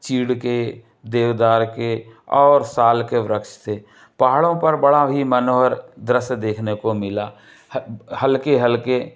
चीड़ के देवदार के और साल के वृक्ष थे पहाड़ों पर बड़ा ही मनोहर दृश्य देखने को मिला हल्के हल्के